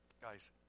Guys